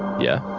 yeah.